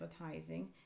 advertising